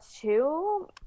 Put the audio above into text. two